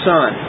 Son